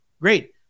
great